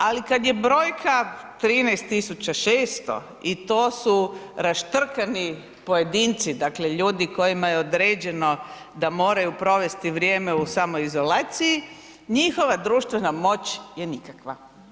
Ali, kad je brojka 13 600 i to su raštrkani pojedinci, dakle ljudi kojima je određeno da moraju provesti vrijeme u samoizolaciji, njihova društvena moć je nikakva.